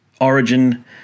Origin